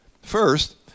First